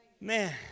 Man